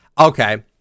Okay